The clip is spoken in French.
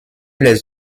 les